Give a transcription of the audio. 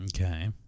Okay